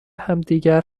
همدیگر